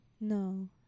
No